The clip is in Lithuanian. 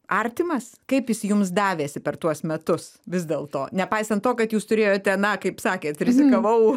artimas kaip jis jums davėsi per tuos metus vis dėlto nepaisant to kad jūs turėjote na kaip sakėt rizikavau